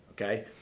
okay